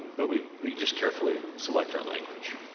but we, we just carefully select our language,